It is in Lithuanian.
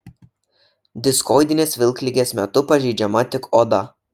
diskoidinės vilkligės metu pažeidžiama tik oda